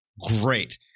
great